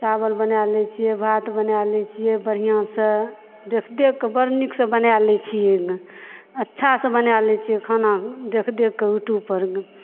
चावल बना लै छियै भात बना लै छियै बढ़िऑं सॅं देख देख के बड़ नीक से बना लै छियै अच्छा से बना लै छियै खाना देख देख के यूटूब पर देख देख के